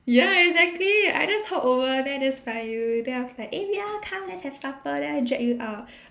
ya exactly I just hop over then I just find you then I was like eh ya come let's have supper then I drag you out